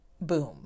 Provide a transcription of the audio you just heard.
boom